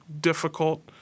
difficult